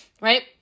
right